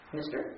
Mister